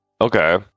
Okay